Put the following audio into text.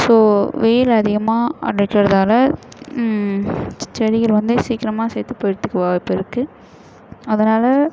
so வெயில் அதிகமாக அடிக்கிறதால செ செடிகள் வந்து சீக்கிரமாக செத்து போயிட்றதுக்கு வாய்ப்பு இருக்குது அதனால